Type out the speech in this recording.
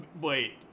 Wait